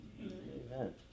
Amen